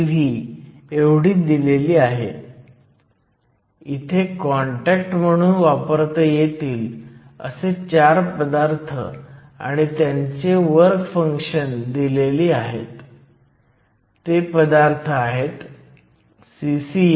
10 electron volt आहे intrinsic Fermi level EFi ते अगदी केंद्रस्थानी नाही परंतु ते केंद्राच्या अगदी जवळ आहे आपण हे 0